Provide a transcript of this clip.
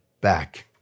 back